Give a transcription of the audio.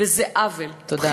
וזה עוול, תודה רבה.